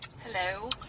Hello